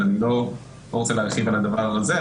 אז אני לא רוצה להרחיב על הדבר הזה.